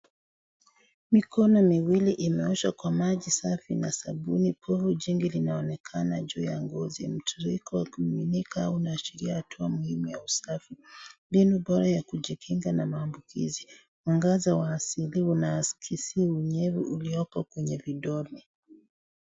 Mikono miwili inaoshwa kwa maji safi na sabuni. Povu jingi linaonekana juu ya ngozi. Mtiririko wa kuaminika unaashiria hatua muhimu ya usafi, mbinu bora ya kujikinga na maambukizi. Mwangaza wa asili unaaskiki uliopo kwenye vidole.